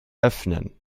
öffnen